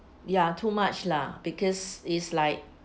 ya too much lah because is like